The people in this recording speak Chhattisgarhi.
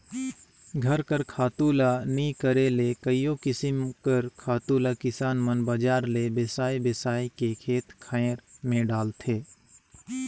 घर कर खातू ल नी करे ले कइयो किसिम कर खातु ल किसान मन बजार ले बेसाए बेसाए के खेत खाएर में डालथें